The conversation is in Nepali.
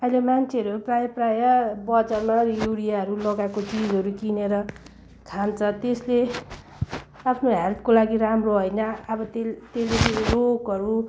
अहिले मान्छेहरू प्रायः प्रायः बजारमा युरियाहरू लगाएको चिजहरू किनेर खान्छ त्यसले आफ्नो हेल्थको लागि राम्रो हैन अब तेल् तेल्ले रोगहरू